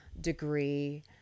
degree